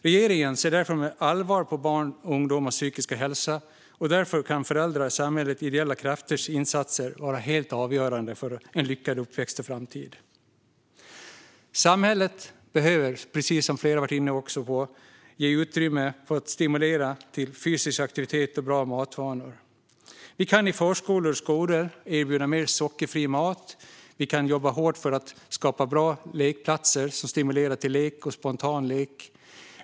Regeringen ser därför med allvar på barns och ungdomars psykiska hälsa, och föräldrars, samhällets och ideella krafters insatser kan vara helt avgörande för en lyckad uppväxt och framtid. Samhället behöver också ge utrymme för att stimulera till fysisk aktivitet och bra matvanor. Vi kan i förskolor och skolor erbjuda mer sockerfri mat. Vi kan jobba hårt för att skapa bra lekplatser som stimulerar till spontan lek.